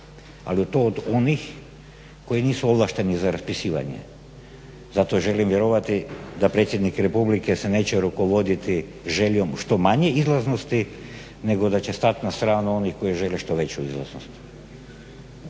ali to od onih koji nisu ovlašteni za raspisivanje. Zato želim vjerovati da predsjednik Republike se neće rukovoditi željom što manje izlaznosti nego da će stati na stranu onih koji žele što veću izlaznost.